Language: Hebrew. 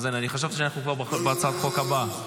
אני חשבתי שאנחנו כבר בהצעת חוק הבאה.